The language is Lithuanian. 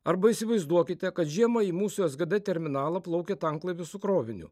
arba įsivaizduokite kad žiemą į mūsų sgd terminalą plaukia tanklaivis su kroviniu